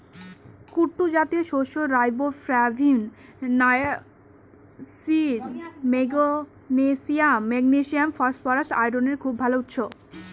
কুট্টু জাতীয় শস্য riboflavin, niacin, magnesium, phosphorus, আয়রনের খুব ভাল উৎস